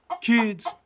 Kids